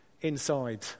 inside